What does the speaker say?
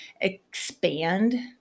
expand